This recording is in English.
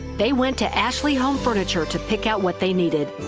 they went to ashley home furniture to pick out what they needed.